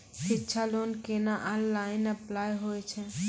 शिक्षा लोन केना online apply होय छै?